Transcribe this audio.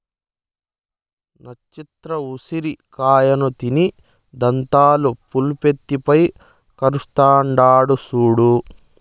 నచ్చత్ర ఉసిరి కాయలను తిని దంతాలు పులుపై కరస్తాండాడు సూడు